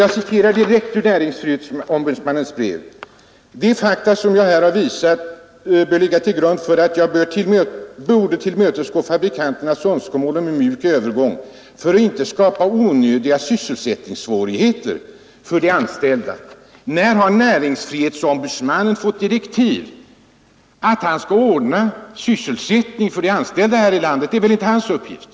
Jag skall citera direkt ur näringsfrihetsombudsmannens skrivelse till undertecknad i anledning av mitt debattinlägg den 4 november: ”Alla dessa faktorer sammantagna gjorde att jag ansåg mig böra tillmötesgå fabrikanternas önskemål om en mjuk övergång för att inte skapa onödiga sysselsättningssvårigheter för dem som är anställda i spisfabrikerna.” När har NO fått direktiv att slå vakt om sysselsättningen för de anställda här i landet? Det är väl inte hans uppgift!